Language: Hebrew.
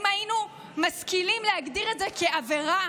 אם היינו משכילים להגדיר את זה כעבירה,